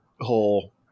whole